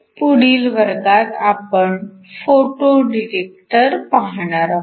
पुढील वर्गात आपण फोटो डिटेक्टर पाहणार आहोत